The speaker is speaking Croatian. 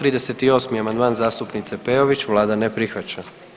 38. amandman zastupnice Peović, vlada ne prihvaća.